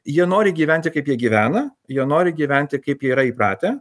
jie nori gyventi kaip jie gyvena jie nori gyventi kaip yra įpratę